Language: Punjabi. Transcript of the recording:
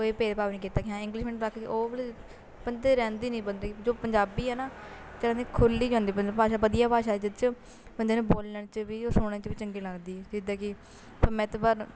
ਕੋਈ ਭੇਦਭਾਵ ਨਹੀਂ ਕੀਤਾ ਕਿ ਹਾਂ ਇੰਗਲਿਸ਼ ਮੈਨੂੰ ਬੰਦੇ ਰਹਿੰਦੀ ਨਹੀਂ ਬੰਦੇ ਦੀ ਜੋ ਪੰਜਾਬੀ ਹੈ ਨਾ ਇੱਕ ਤਰ੍ਹਾਂ ਨਾਲ਼ ਖੁੱਲ੍ਹੀ ਜਾਂਦੀ ਭਾਸ਼ਾ ਮਤਲਬ ਭਾਸ਼ਾ ਵਧੀਆ ਭਾਸ਼ਾ ਜਿਸ 'ਚ ਬੰਦੇ ਨੂੰ ਬੋਲਣ 'ਚ ਵੀ ਔਰ ਸੁਣਨ 'ਚ ਵੀ ਚੰਗੀ ਲੱਗਦੀ ਜਿੱਦਾਂ ਕਿ ਮੈਂ ਇਹ ਤੋਂ ਬਾਅਦ